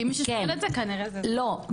כי מי ששאל את זה כנראה--- לא.